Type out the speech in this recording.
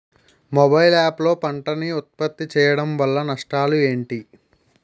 Mobile app లో పంట నే ఉప్పత్తి చేయడం వల్ల నష్టాలు ఏంటి?